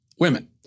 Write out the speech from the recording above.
women